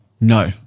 No